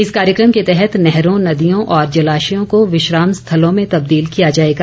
इस कार्यक्रम के तहत नहरों नदियों और जलाश्यों को विश्राम स्थलों में तब्दील किया जाएगा